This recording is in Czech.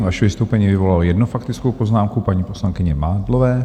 Vaše vystoupení vyvolalo jednu faktickou poznámku paní poslankyně Mádlové.